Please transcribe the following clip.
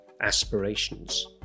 aspirations